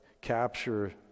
capture